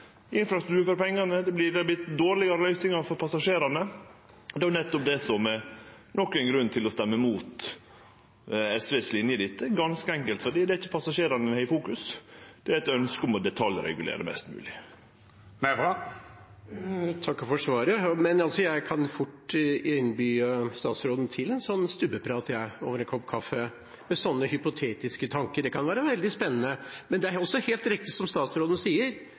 infrastruktur for pengane og dårlegare løysingar for passasjerane. Dette er nok ein grunn til å stemme imot SV si linje i dette, ganske enkelt fordi dei ikkje fokuserer på passasjerane. Det er eit ønske om å detaljregulere mest mogleg. Jeg kan fort innby statsråden til en slik stubbeprat, over en kopp kaffe, med slike hypotetiske tanker. Det kan være veldig spennende. Men det er helt riktig, som statsråden sier,